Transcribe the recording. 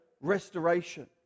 restoration